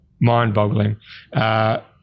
mind-boggling